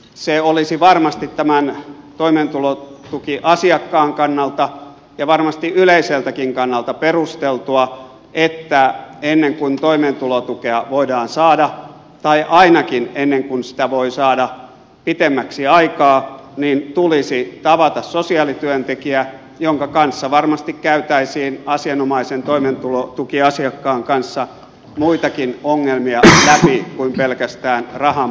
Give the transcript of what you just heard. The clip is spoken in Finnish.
se olisi varmasti tämän toimeentulotukiasiakkaan kannalta ja varmasti yleiseltäkin kannalta perusteltua että ennen kuin toimeentulotukea voidaan saada tai ainakin ennen kuin sitä voi saada pitemmäksi aikaa niin tulisi tavata sosiaalityöntekijä jonka kanssa varmasti käytäisiin asianomaisen toimeentulotukiasiakkaan kanssa muitakin ongelmia läpi kuin pelkästään rahanpuute